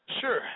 Sure